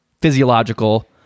physiological